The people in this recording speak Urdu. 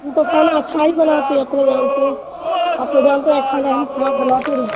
ہم تو کھانا اچھا ہی بناتے ہیں اپنے جان سے آپ تو جانتے ہیں ہم کھانا خراب بناتے نہیں